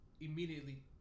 immediately